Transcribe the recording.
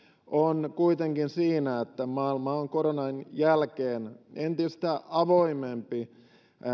on kuitenkin siinä että maailma on koronan jälkeen entistä avoimempi